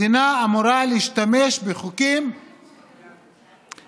מדינה אמורה להשתמש בחוקים שיטיבו